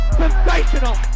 sensational